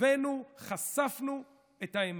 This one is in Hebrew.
הבאנו וחשפנו את האמת.